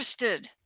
interested